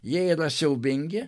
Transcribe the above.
jie yra siaubingi